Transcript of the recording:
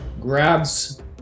grabs